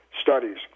studies